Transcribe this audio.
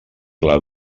clar